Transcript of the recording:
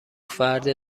فرد